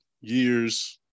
years